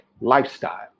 lifestyle